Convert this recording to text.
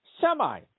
Semi